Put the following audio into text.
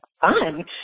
fun